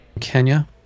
Kenya